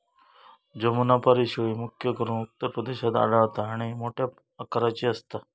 जमुनापारी शेळी, मुख्य करून उत्तर प्रदेशात आढळता आणि मोठ्या आकाराची असता